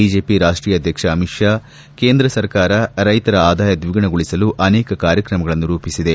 BJP ರಾಷ್ಟೀಯ ಅಧ್ಯಕ್ಷ ಅಮಿತ್ ಷಾ ಕೇಂದ್ರ ಸರ್ಕಾರ ರೈತರ ಆದಾಯ ದ್ವಿಗುಣಗೊಳಿಸಲು ಅನೇಕ ಕಾರ್ಯತ್ರಮ ರೂಪಿಸಿದೆ